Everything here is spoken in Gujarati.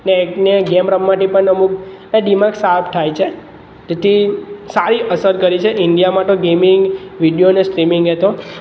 ને એક બે ગેમ રમવાની પણ અમુક દિમાગ સાર્પ થાય છે તેથી સારી અસર કરે છે ઈન્ડિયામાં તો ગેમિંગ વિડીયો અને સ્ટ્રીમિંગ એ તો